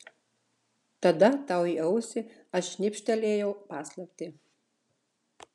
tada tau į ausį aš šnibžtelėjau paslaptį